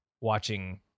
watching